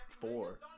four